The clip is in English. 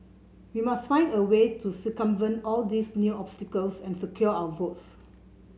we must find a way to circumvent all these new obstacles and secure our votes